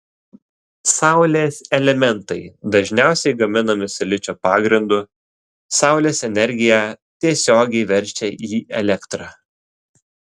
saulės elementai dažniausiai gaminami silicio pagrindu saulės energiją tiesiogiai verčia į elektrą